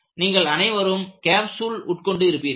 நீங்கள் அனைவரும் கேப்சூல் உட்கொண்டு இருப்பீர்கள்